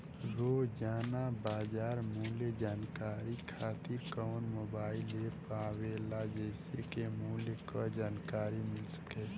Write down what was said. रोजाना बाजार मूल्य जानकारी खातीर कवन मोबाइल ऐप आवेला जेसे के मूल्य क जानकारी मिल सके?